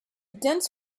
dense